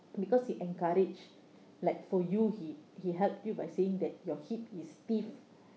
because he encouraged like for you he he helped you by saying that your hip is big